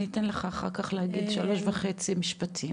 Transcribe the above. אני אתן לך אחר כך להגיד שלושה וחצי משפטים.